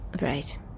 Right